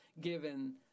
given